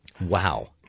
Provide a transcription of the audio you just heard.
Wow